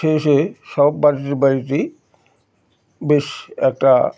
সেসে সব বাড়িতে বাড়িতেই বেশ একটা